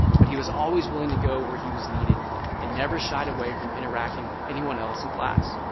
but he was always willing to go where he was needed and never shied away from interacting with anyone else in class.